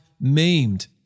maimed